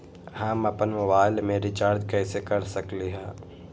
हम अपन मोबाइल में रिचार्ज कैसे कर सकली ह?